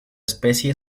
especie